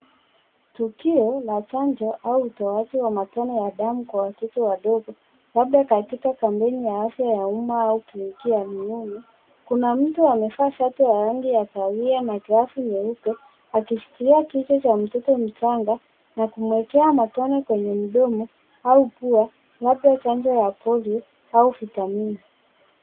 Tukio la chanjo au utoaji wa matone ya damu kwa watoto wadogo labda katika kampeni ya afya ya umma au kliniki ya rununu. Kuna mtu amevaa shati ya rangi ya kahawia na glavu nyeupe akishikilia kichwa cha mtoto mchanga na kumwekea matone kwenye mdomo au pua kuwapa chanjo ya polio au vitamini.